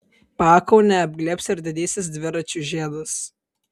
pakaunę apglėbs ir didysis dviračių žiedas